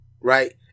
right